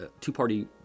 two-party